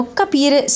capire